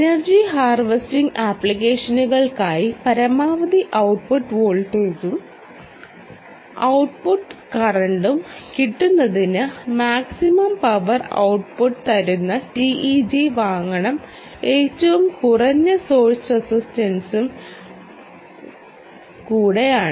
energy harvesting ആപ്ലിക്കേഷനുകൾക്കായി പരമാവധി output വോൾട്ടേജും ഔട്ട്പുട്ട് കറന്റും കിട്ടുന്നതിന് മാക്സിമം പവർ ഔട്ട്പുട്ട് തരുന്ന ടിഇജി വാങ്ങണം ഏറ്റവും കുറഞ്ഞ സോഴ്സ് റെസിസ്റ്റൻസും കൂടെയാണ്